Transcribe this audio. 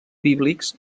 bíblics